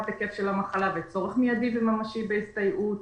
היקף של המחלה וצורך מידי וממשי בהסתייעות,